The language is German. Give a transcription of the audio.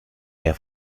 air